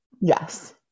yes